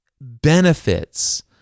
benefits